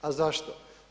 A zašto?